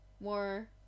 more